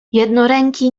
jednoręki